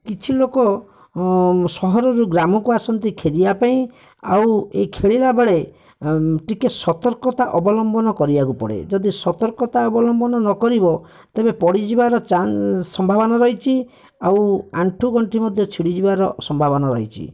କିଛି ଲୋକ ସହରରୁ ଗ୍ରାମକୁ ଆସନ୍ତି ଖେଳିବାପାଇଁ ଆଉ ଏଇ ଖେଳିଲା ବେଳେ ଟିକିଏ ସତର୍କତା ଅବଲମ୍ବନ କରିବାକୁ ପଡ଼େ ଯଦି ସତର୍କତା ଅବଲମ୍ବନ ନ କରିବ ତେବେ ପଡ଼ିଯିବାର ଚାନ୍ସ ସମ୍ଭାବନା ରହିଛି ଆଉ ଆଣ୍ଠୁ ଗଣ୍ଠି ମଧ୍ୟ ଛିଡ଼ି ଯିବାର ସମ୍ଭାବନା ରହିଛି